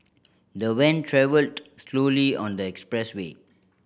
the van travelled slowly on the expressway